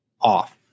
off